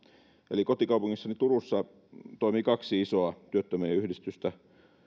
eli kotikaupungissani turussa toimii kaksi isoa työttömien yhdistystä